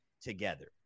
together